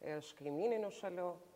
iš kaimyninių šalių